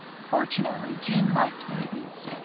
fortunately, jeanne liked babies.